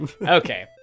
Okay